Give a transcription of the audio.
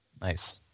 Nice